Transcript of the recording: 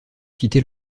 quitter